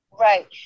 Right